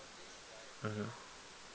mmhmm